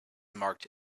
marked